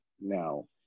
now